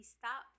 stop